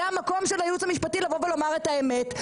זה המקום של הייעוץ המשפטי לבוא ולומר את האמת.